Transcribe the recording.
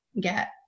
get